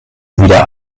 wieder